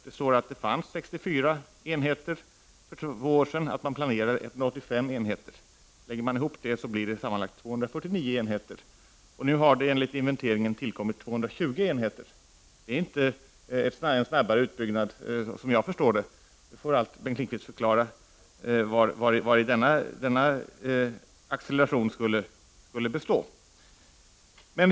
Där står att det fanns 64 enheter för två år sedan och att man planerar ytterligare 185 enheter. Om man lägger ihop det blir det sammanlagt 249 enheter. Nu har det enligt inventeringar tillkommit 220 enheter. Det är inte någon snabbare utbyggnad, som jag förstår det. Bengt Lindqvist får allt förklara vari denna acceleration skulle bestå.